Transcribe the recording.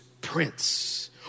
prince